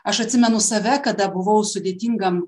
aš atsimenu save kada buvau sudėtingam